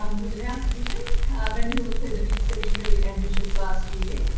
um we've announced division and you will have heard the minister be really ambitious last year.